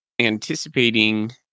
anticipating